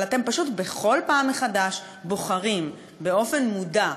אבל אתם פשוט בכל פעם מחדש בוחרים באופן מודע,